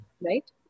Right